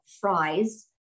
fries